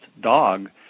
dog